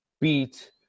beat